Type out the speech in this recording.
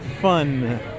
Fun